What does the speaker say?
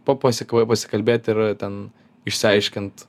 po pasikvai pasikalbėt ir ten išsiaiškint